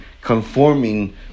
conforming